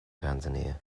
tanzania